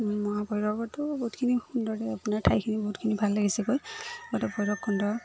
মহাভৈৰৱতো বহুতখিনি সুন্দৰ আপোনাৰ ঠাইখিনি বহুতখিনি ভাল লাগিছে গৈ লগতে ভৈৰৱকুণ্ড